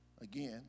Again